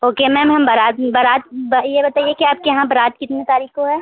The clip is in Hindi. ओके मैम हम बारात बारात ये बताइए कि आपके यहाँ बारात कितने तारीख को है